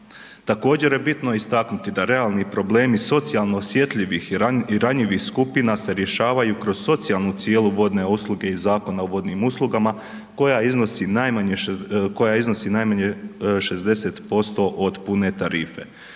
Također je bitno istaknuti da realni problemi socijalno osjetljivih i ranjivih skupina se rješavaju kroz socijalnu cijenu vodne usluge i Zakona o vodnim uslugama koja iznosi najmanje, koja iznosi